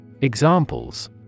Examples